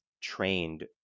trained